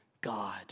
god